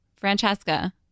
Francesca